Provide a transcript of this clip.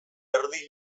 erdi